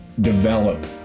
develop